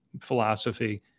philosophy